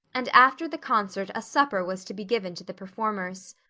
and after the concert a supper was to be given to the performers.